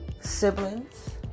siblings